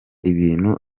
ibintu